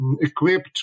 equipped